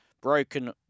broken